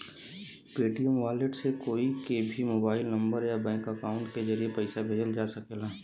Paytm wallet से कोई के भी मोबाइल नंबर या बैंक अकाउंट के जरिए पइसा भेजल जा सकला